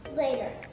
later.